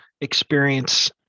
experience